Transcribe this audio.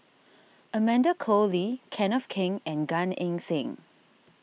Amanda Koe Lee Kenneth Keng and Gan Eng Seng